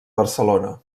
barcelona